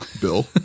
Bill